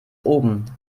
oben